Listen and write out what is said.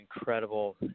incredible